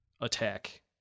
attack